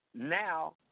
now